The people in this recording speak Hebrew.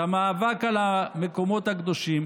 את המאבק על המקומות הקדושים,